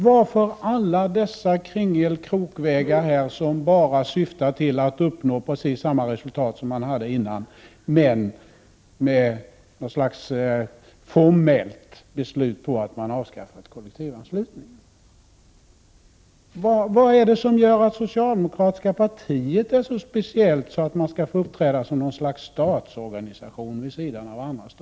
Varför alla dessa kringelkrokvägar som bara syftar till att uppnå precis samma resultat som förut men med något slags formellt beslut om att kollektivanslutningen är avskaffad? Vad är det som gör att det socialdemokratiska partiet är så speciellt att det skall få uppträda som något slags statsorganisation vid sidan om andra Prot.